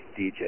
DJ